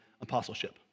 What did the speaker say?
apostleship